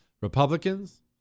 Republicans